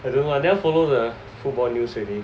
I don't know lah I never follow the football news already